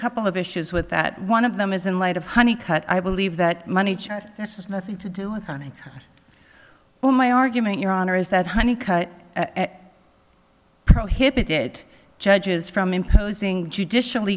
couple of issues with that one of them is in light of honey cut i believe that money has nothing to do with money my argument your honor is that honey cut prohibited judges from imposing judicial